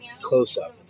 close-up